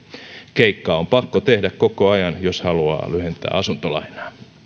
keikkaa on pakko tehdä koko ajan jos haluaa lyhentää asuntolainaa